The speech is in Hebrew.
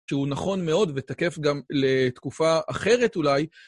שהוא נכון מאוד ותקף גם לתקופה אחרת אולי.